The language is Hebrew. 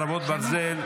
חרבות ברזל),